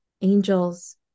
angels